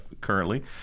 currently